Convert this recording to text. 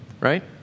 right